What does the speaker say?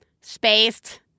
spaced